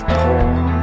porn